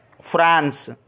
France